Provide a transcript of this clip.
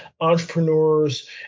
entrepreneurs